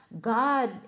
God